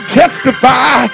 testify